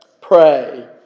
pray